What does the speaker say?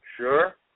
Sure